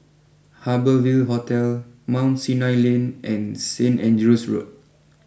Harbour Ville Hotel Mount Sinai Lane and Saint Andrew's Road